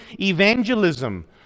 evangelism